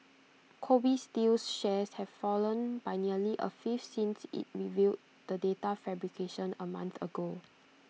Kobe steel's shares have fallen by nearly A fifth since IT revealed the data fabrication A month ago